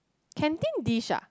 canteen dish ah